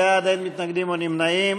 31 בעד, אין מתנגדים או נמנעים.